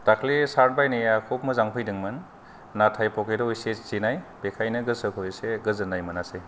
दाख्लै चार्थ बायनाया खुब मोजां फैदोंमोन नाथाय पकेतयाव एसे जिनाय बेखायनो गोसोखौ एसे गोजोनाय मोनासै